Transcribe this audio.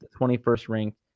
21st-ranked